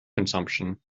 consumption